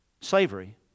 slavery